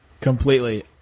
Completely